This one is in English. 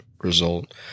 result